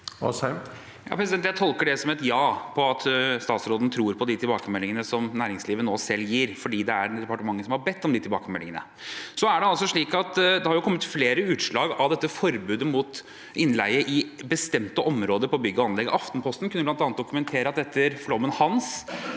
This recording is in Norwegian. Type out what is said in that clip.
Jeg tolker det som et ja til at statsråden tror på de tilbakemeldingene som næringslivet nå selv gir, fordi det er departementet som har bedt om de tilbakemeldingene. Det har kommet flere utslag av dette forbudet mot innleie i bestemte områder på bygg og anlegg. Aftenposten kunne bl.a. dokumentere at man etter flommen ved